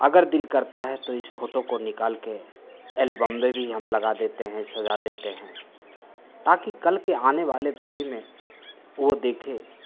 अगर दिल करता है तो इस फ़ोटो को निकालकर एल्बम में भी लगा देते हैं सजा देते हैं ताकि कल की आने वाली पीढ़ी में वह देखे